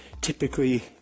typically